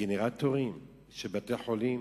גנרטורים של בתי-חולים?